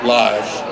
live